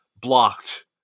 blocked